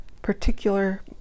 particular